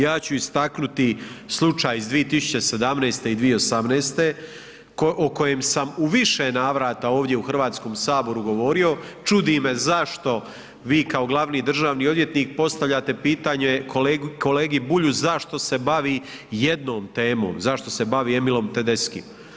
Ja ću istaknuti slučaj iz 2017. i 2018. o kojem sam u više navrata ovdje u Hrvatskom saboru govorio, čudi me zašto vi kao glavni državni odvjetnik postavljate pitanje kolegi Bulju zašto se bavi jednom temom, zašto se bavi Emilom Tedeschkim?